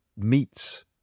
Meets